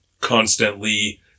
constantly